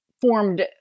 formed